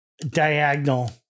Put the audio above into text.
Diagonal